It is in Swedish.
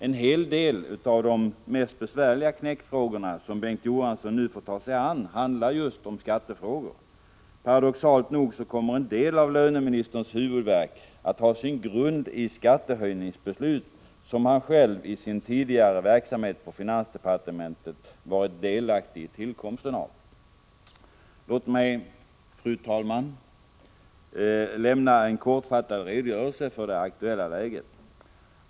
En hel del av de mest besvärliga knäckfrågor som Bengt Johansson nu får ta sig an handlar just om skatter. Paradoxalt nog kommer en del av löneministerns huvudvärk att ha sin grund i skattehöjningsbeslut som han själv i sin tidigare verksamhet på finansdepartementet varit delaktig i tillkomsten av. Fru talman! Låt mig lämna en kortfattad redogörelse för det aktuella läget.